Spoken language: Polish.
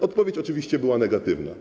Odpowiedź oczywiście była negatywna.